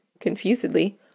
confusedly